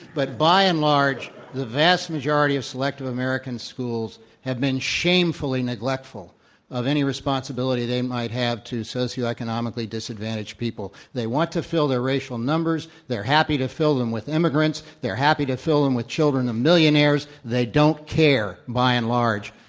but by and large, the vast majority of selective american schools have been shamefully neglectful of any responsibility they might have to socioeconomica lly disadvantaged people. they want to fill their racial numbers. they're happy to fill them with immigrants, they're happy to fill them with children of millionaires. they don't care and their